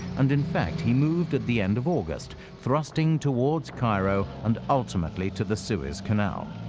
and in fact, he moved at the end of august, thrusting towards cairo and ultimately to the suez canal.